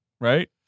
right